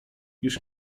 już